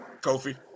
Kofi